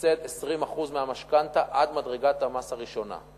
לסבסד 20% מהמשכנתה עד מדרגת המס הראשונה.